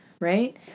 Right